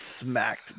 smacked